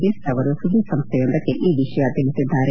beast ಅವರು ಸುದ್ದಿಸಂಸ್ಥೆಯೊಂದಕ್ಕೆ ಈ ವಿಷಯ ತಿಳಿಸಿದ್ದಾರೆ